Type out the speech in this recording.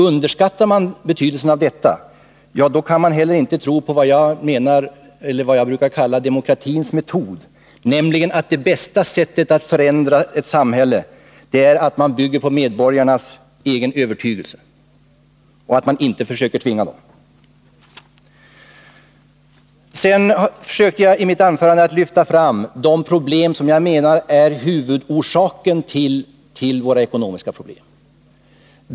Underskattar man betydelsen av detta, kan man inte heller tro på vad jag brukar kalla demokratins metod, nämligen att det bästa sättet att förändra ett samhälle är att bygga på medborgarnas egen övertygelse och inte försöka tvinga dem. I mitt anförande försökte jag också lyfta fram de faktorer som jag menar är huvudorsaken till våra ekonomiska problem.